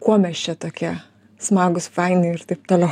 kuo mes čia tokie smagūs faini ir taip toliau